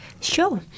Sure